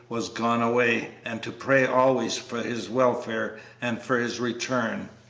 was gone away and to pray always for his welfare and for his return.